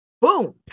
boom